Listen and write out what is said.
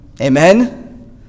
Amen